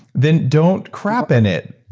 then don't crap in it.